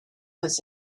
was